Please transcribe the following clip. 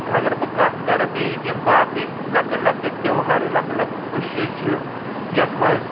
اَگر بہٕ کتھ کَرٕ بیٚیہِ یِم باقٕے لۅکٕٹۍ لۅکٕٹۍ تہوار لۅکُٹ لۅکُٹ خوٚشی چھِ یتھ منٛز